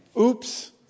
Oops